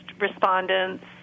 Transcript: respondents